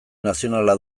nazionala